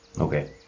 Okay